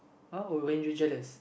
uh oh when you jealous